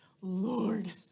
Lord